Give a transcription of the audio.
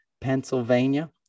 Pennsylvania